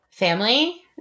family